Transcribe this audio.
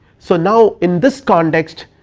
so now in this context,